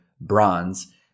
bronze